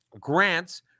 grants